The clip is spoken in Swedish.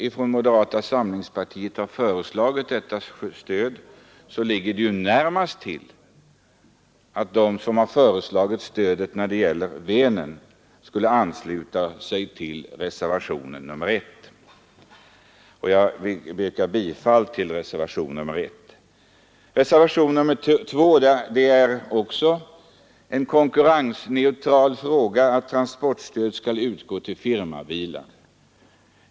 Såsom moderata samlingspartiets förslag om transportstöd för sjötransporter utformats tycker jag att det ligger närmast till hands att de som föreslagit detta stöd för Vänerområdet ansluter sig till reservationen 1, till vilken jag ber att få yrka bifall. Reservationen 2 tar också upp en konkurrensneutral fråga, nämligen att transportstöd skall utgå till firmabilar.